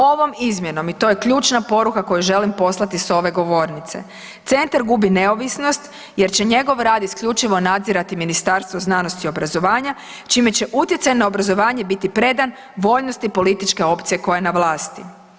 Ovom izmjenom i to je ključna poruka koju želim poslati s ove govornice, centar gubi neovisnost jer će njegov rad isključivo nadzirati Ministarstvo znanosti i obrazovanja čime će utjecaj na obrazovanje biti predan voljnosti političke opcije koja je na vlasti.